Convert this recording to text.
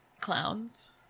Clowns